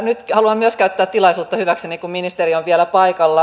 nyt haluan myös käyttää tilaisuutta hyväkseni kun ministeri on vielä paikalla